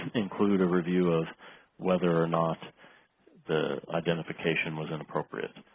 include a review of whether or not the identification was inappropriate.